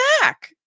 back